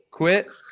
Quit